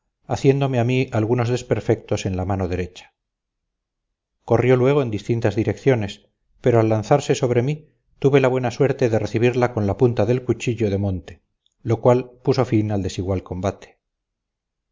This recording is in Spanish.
haciéndome a mí algunos desperfectos en la mano derecha corrió luego en distintas direcciones pero al lanzarse sobre mí tuve la buena suerte de recibirla con la punta del cuchillo de monte lo cual puso fin al desigual combate